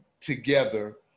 together